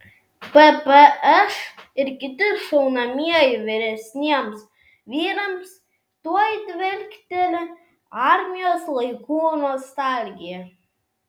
ppš ir kiti šaunamieji vyresniems vyrams tuoj dvelkteli armijos laikų nostalgija